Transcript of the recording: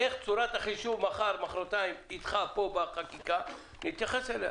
איך תהיה צורת החישוב מחר ומוחרתיים נתייחס אליה